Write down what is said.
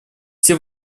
все